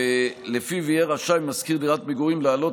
ולפיו יהיה רשאי משכיר דירת מגורים להעלות